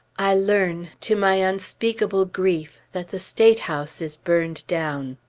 i learn, to my unspeakable grief, that the state house is burned down.